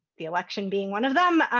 the election being one of them.